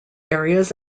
areas